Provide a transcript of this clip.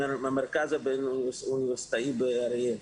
למרכז הבין לאומי האוניברסיטאי באריאל,